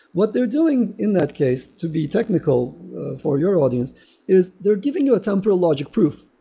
what they're doing in that case to be technical for your audience is they're giving you a temporal logic proof,